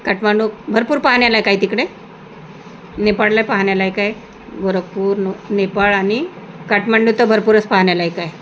काठमांडू भरपूर पाहण्यालायक आहे तिकडे नेपाळला पाहण्यालायक आहे गोरखपूर नो नेपाळ आणि काठमांडू तर भरपूरच पाहण्यालायक आहे